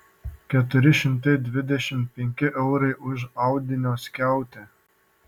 keturi šimtai dvidešimt penki eurai už audinio skiautę